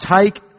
take